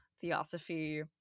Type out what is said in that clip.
theosophy